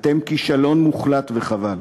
אתם כישלון מוחלט, וחבל.